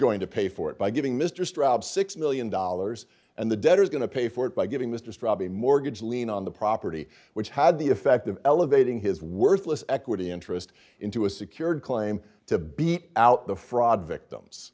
going to pay for it by giving mr straub six million dollars and the debtor is going to pay for it by giving mr strub a mortgage lien on the property which had the effect of elevating his worthless equity interest into a secured claim to beat out the fraud victims